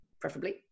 preferably